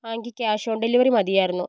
ആ എനിക്ക് cash on delivery മതിയാരുന്നു